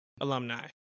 alumni